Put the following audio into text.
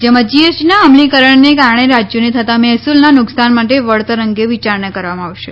જેમાં જીએસટીના અમલીકરણને કારણે રાજ્યોને થતા મહેસૂલના નુકસાન માટે વળતર અંગે વિચારણા કરવામાં આવશે